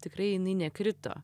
tikrai jinai nekrito